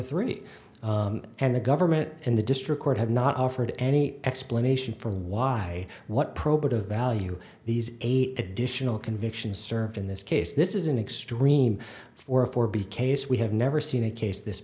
three and the government and the district court have not offered any explanation for why what probative value these additional convictions serve in this case this is an extreme for a for b case we have never seen a case this